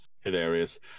hilarious